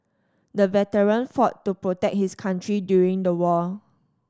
the veteran fought to protect his country during the war